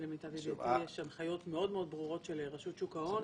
כי למיטב ידיעתי יש הנחיות מאוד מאוד ברורות של רשות שוק ההון,